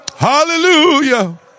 Hallelujah